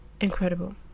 incredible